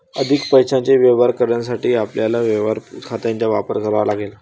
अधिक पैशाचे व्यवहार करण्यासाठी आपल्याला व्यवहार खात्यांचा वापर करावा लागेल